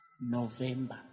November